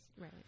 Right